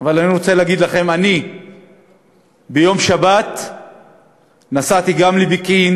אבל אני רוצה להגיד לכם: אני ביום שבת נסעתי גם לפקיעין,